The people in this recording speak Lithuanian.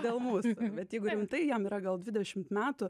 dėl mūsų bet jeigu rimtai jam yra gal dvidešimt metų